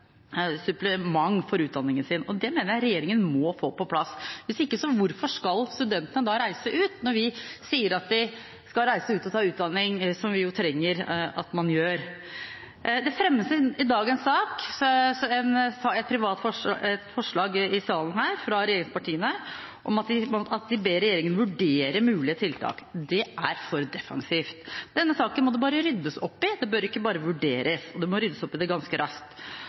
supplement til utdanningen sin, og det mener jeg regjeringen må få på plass. Hvis ikke hvorfor skal da studentene reise ut når vi sier at de skal reise ut og ta utdanning, som vi jo trenger at man gjør. Det fremmes i dagens sak et forslag fra regjeringspartiene om at de ber regjeringen vurdere mulige tiltak. Det er for defensivt. Denne saken må det bare ryddes opp i, det bør ikke bare vurderes, og det må ryddes opp i det ganske raskt.